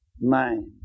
mind